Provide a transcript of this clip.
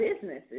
businesses